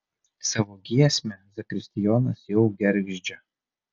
savo giesmę zakristijonas jau gergždžia